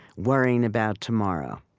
worrying about tomorrow.